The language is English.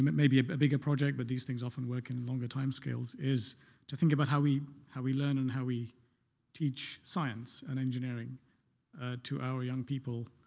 maybe a but bigger project, but these things often work in longer time scales, is to think about how we how we learn and how we teach science and engineering to our young people.